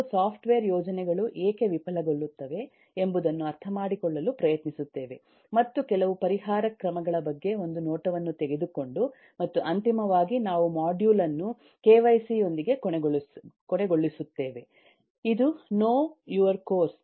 ನಾವು ಸಾಫ್ಟ್ವೇರ್ ಯೋಜನೆಗಳು ಏಕೆ ವಿಫಲಗೊಳ್ಳುತ್ತವೆ ಎಂಬುದನ್ನು ಅರ್ಥಮಾಡಿಕೊಳ್ಳಲು ಪ್ರಯತ್ನಿಸುತ್ತೇವೆ ಮತ್ತು ಕೆಲವು ಪರಿಹಾರ ಕ್ರಮಗಳ ಬಗ್ಗೆ ಒಂದು ನೋಟವನ್ನು ತೆಗೆದುಕೊಂಡು ಮತ್ತು ಅಂತಿಮವಾಗಿ ನಾವು ಮಾಡ್ಯೂಲ್ ಅನ್ನು ಕೆ ವೈ ಸಿ ಯೊಂದಿಗೆ ಕೊನೆಗೊಳಿಸುತ್ತೇವೆ ಅದು ನೋ ಯುವರ್ ಕೋರ್ಸ್